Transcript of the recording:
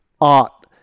art